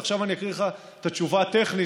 ועכשיו אני אקריא לך את התשובה הטכנית,